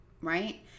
right